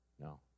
no